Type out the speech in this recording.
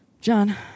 John